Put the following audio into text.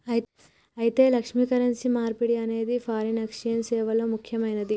అయితే లక్ష్మి, కరెన్సీ మార్పిడి అనేది ఫారిన్ ఎక్సెంజ్ సేవల్లో ముక్యమైనది